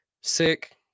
sick